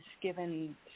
given